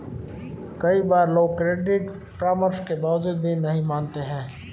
कई बार लोग क्रेडिट परामर्श के बावजूद भी नहीं मानते हैं